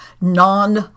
non